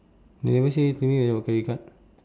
they never say anything to me about credit card